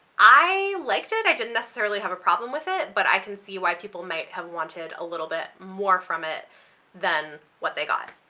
i liked it, i didn't necessarily have a problem with it, but i can see why people might have wanted a little bit more from it than what they got.